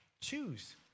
choose